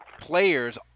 players